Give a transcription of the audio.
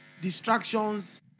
distractions